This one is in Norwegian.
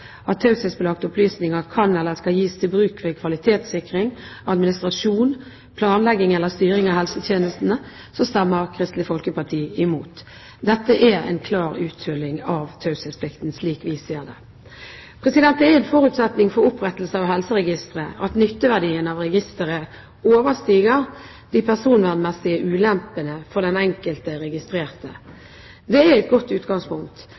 at taushetsbelagte opplysninger kan eller skal gis til bruk ved kvalitetssikring, administrasjon, planlegging eller styring av helsetjenestene, stemmer Kristelig Folkeparti imot. Dette er en klar uthuling av taushetsplikten, slik vi ser det. Det er en forutsetning for opprettelse av helseregistre at nytteverdien av registeret overstiger de personvernmessige ulempene for den enkelte registrerte. Det er et godt utgangspunkt.